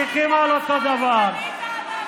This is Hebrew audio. זר פרחים לנפתלי קנית הבוקר?